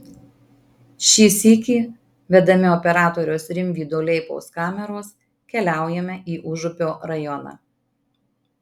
šį sykį vedami operatoriaus rimvydo leipaus kameros keliaujame į užupio rajoną